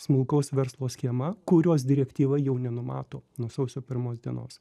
smulkaus verslo schema kurios direktyva jau nenumato nuo sausio pirmos dienos